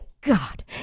god